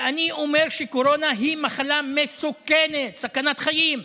ואני אומר שקורונה היא מחלה מסוכנת, סכנת חיים.